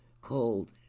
called